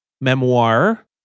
memoir